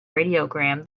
radiogram